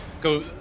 go